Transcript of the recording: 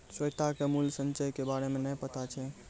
श्वेता के मूल्य संचय के बारे मे नै पता छै